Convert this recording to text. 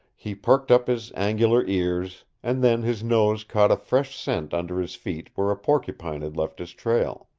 he perked up his angular ears, and then his nose caught a fresh scent under his feet where a porcupine had left his trail.